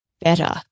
better